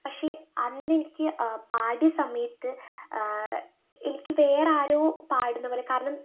പക്ഷെ അന്നെനിക്ക് പാടിയ സമയത്ത് എനിക്ക് വേറെ ആരോ പാടുന്നപോലെ കാരണം